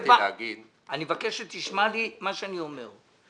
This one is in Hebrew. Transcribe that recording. התכוונתי להגיד --- אני מבקש שתשמע מה שאני אומר.